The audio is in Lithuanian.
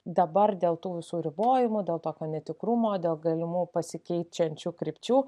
dabar dėl tų visų ribojimų dėl tokio netikrumo dėl galimų pasikeičiančių krypčių